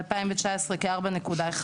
ב-2019 כ-4.1.